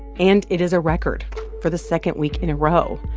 and it is a record for the second week in a row.